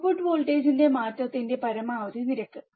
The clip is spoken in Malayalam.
ഔട്ട്പുട്ട് വോൾട്ടേജിന്റെ മാറ്റത്തിന്റെ പരമാവധി നിരക്ക്